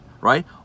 right